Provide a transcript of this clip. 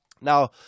Now